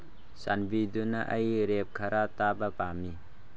ꯆꯥꯟꯕꯤꯗꯨꯅ ꯑꯩ ꯔꯦꯞ ꯈꯔ ꯇꯥꯕ ꯄꯥꯝꯃꯤ